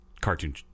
cartoon